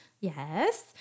Yes